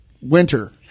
winter